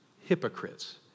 Hypocrites